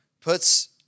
Puts